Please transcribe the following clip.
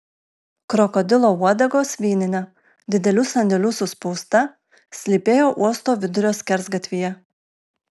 krokodilo uodegos vyninė didelių sandėlių suspausta slypėjo uosto vidurio skersgatvyje